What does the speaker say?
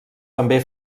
també